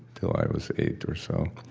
until i was eight or so.